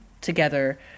together